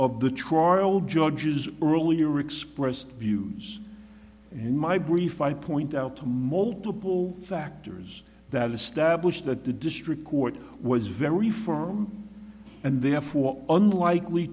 of the trial judge's earlier expressed views in my brief i point out to multiple factors that establish that the district court was very formal and therefore unlikely